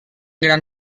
gran